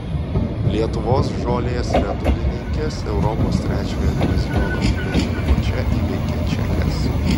lietuvos žolės riedulininkės europos trečiojo diviziono pirmenybių mače įveikė čekes